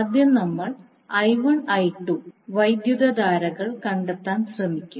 ആദ്യം നമ്മൾ I1 I2 എന്നീ വൈദ്യുതധാരകൾ കണ്ടെത്താൻ ശ്രമിക്കും